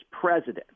president